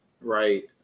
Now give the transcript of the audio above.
right